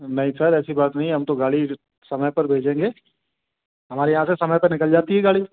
नहीं सर ऐसी बात नहीं है हम तो गाड़ी समय पर भजेंगे हमारे यहाँ से समय पर निकल जाती है गाड़ी